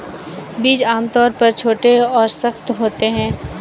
बीज आमतौर पर छोटे और सख्त होते हैं